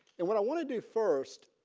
and what i want to do first